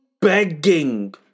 begging